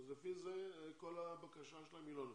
אז לפי זה כל הבקשה שלהם היא לא נכונה.